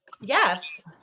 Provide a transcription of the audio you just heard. Yes